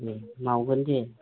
ओम मावगोन दे